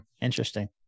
interesting